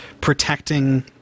protecting